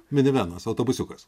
minivenas autobusiukas